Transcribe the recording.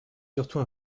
surtout